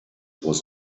was